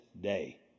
day